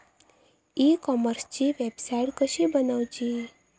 E कॉमर्सची website कशी बनवची?